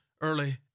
early